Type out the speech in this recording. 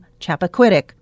Chappaquiddick